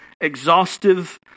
exhaustive